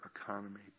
economy